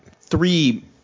three